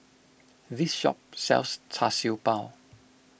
this shop sells Char Siew Bao